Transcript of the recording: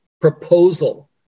proposal